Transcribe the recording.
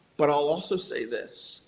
but i'll also say this.